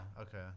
Okay